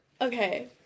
okay